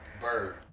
bird